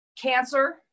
cancer